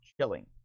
chilling